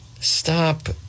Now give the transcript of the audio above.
stop